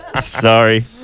Sorry